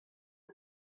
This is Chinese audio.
辖下